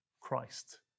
Christ